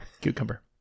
Cucumber